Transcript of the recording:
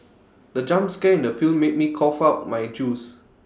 the jump scare in the film made me cough out my juice